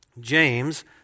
James